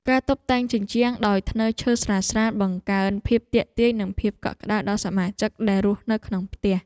ការតុបតែងជញ្ជាំងដោយធ្នើរឈើស្រាលៗបង្កើនភាពទាក់ទាញនិងភាពកក់ក្តៅដល់សមាជិកដែលរស់នៅក្នុងផ្ទះ។